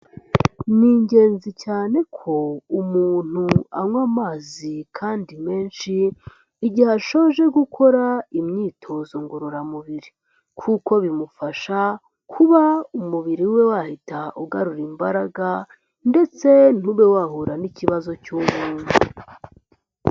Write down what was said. Ni ingenzi cyane ko umuntu anywa amazi kandi menshi, igihe ashoje gukora imyitozo ngororamubiri, kuko bimufasha kuba umubiri we wahita ugarura imbaraga ndetse ntube wahura n'ikibazo cy'umwuma.